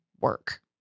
work